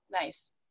Nice